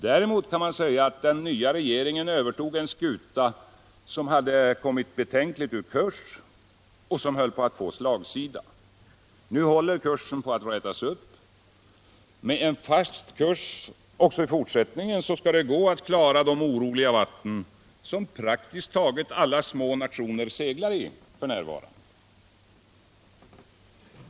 Däremot kan man säga att den nya regeringen övertog en skuta som hade kommit betänkligt ur kurs och som höll på att få slagsida. Nu håller kursen på att rätas upp. Med en fast kurs också i fortsättningen skall det gå att klara de oroliga vatten som praktiskt taget alla små nationer seglar i f. n.